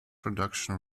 reduction